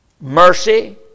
mercy